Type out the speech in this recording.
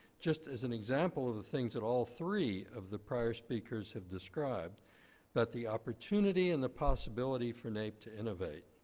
just as an example of the things that all three of the prior speakers have described about the opportunity and the possibility for naep to innovate.